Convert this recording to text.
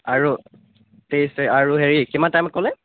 আৰু তেইছ তাৰিখে হেৰি আৰু কিমান টাইমত ক'লে